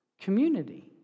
community